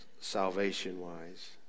salvation-wise